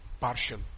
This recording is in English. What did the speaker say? partial